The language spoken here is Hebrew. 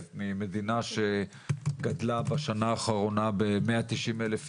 ממדינה שגדלה בשנה האחרונה ב-190,000 איש,